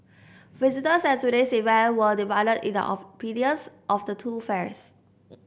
visitors at today's event were divided in their opinions of the two fairs